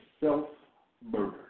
self-murder